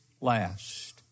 last